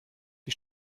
die